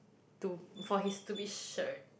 to for his stupid shirt